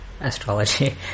astrology